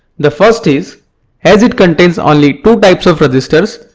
the first is as it contains only two types of resistors,